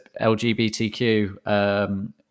LGBTQ